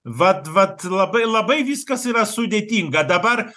vat vat labai labai viskas yra sudėtinga dabar